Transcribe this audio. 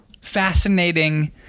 Fascinating